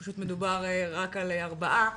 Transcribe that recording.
פשוט מדובר רק על ארבעה,